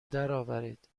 درآورید